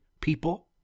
people